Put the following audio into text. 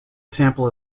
sample